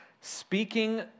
speaking